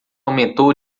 aumentou